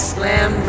Slam